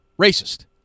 racist